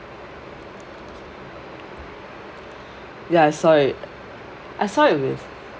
ya I saw it I saw it with